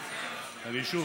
שוב,